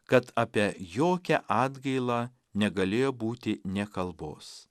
kad apie jokią atgailą negalėjo būti nė kalbos